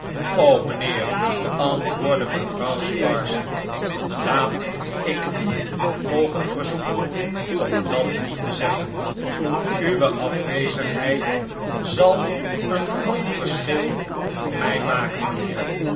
mijnheer antwoordde mevrouw sparsit laat ik u mogen verzoeken om dat niet te zeggen uwe afwezigheid zal een groot verschil slechte tijden voor mij maken